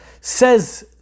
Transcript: says